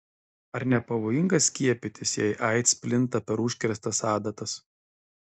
ar nepavojinga skiepytis jei aids plinta per užkrėstas adatas